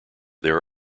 there